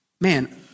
man